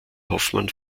hoffmann